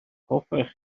hoffech